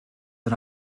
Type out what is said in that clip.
and